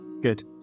good